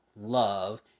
love